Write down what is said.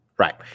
Right